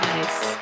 Nice